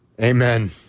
Amen